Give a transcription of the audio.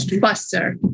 faster